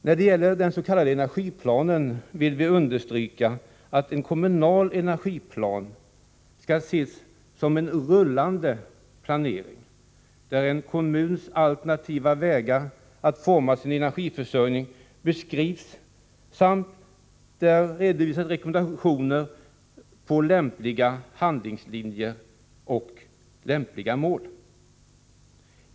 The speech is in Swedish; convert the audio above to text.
När det gäller den s.k. energiplanen vill vi understryka att en kommunal energiplan skall ses som en rullande planering, där en kommuns alternativa vägar att forma sin energiförsörjning beskrivs samt rekommendationer om lämpliga handlingslinjer och mål redovisas.